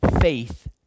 faith